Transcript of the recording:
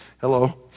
Hello